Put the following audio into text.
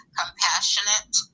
compassionate